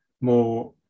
more